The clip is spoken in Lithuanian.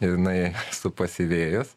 ir jinai supasyvėjus